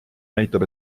näitab